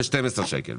ב-12 שקלים.